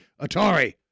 Atari